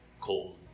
cold